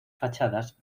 fachadas